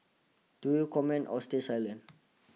do you comment or stay silent